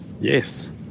yes